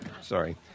Sorry